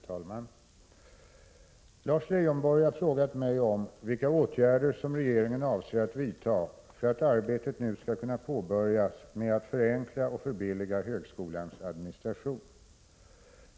Fru talman! Lars Leijonborg har frågat mig om vilka åtgärder som regeringen avser att vidta för att arbetet nu skall kunna påbörjas med att förenkla och förbilliga högskolans administration.